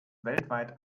weltweit